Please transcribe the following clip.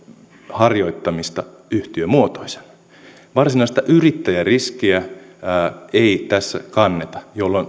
harjoittamista yhtiömuotoisena varsinaista yrittäjäriskiä ei tässä kanneta jolloin